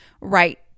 right